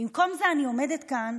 במקום זה אני עומדת כאן